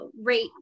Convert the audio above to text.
rate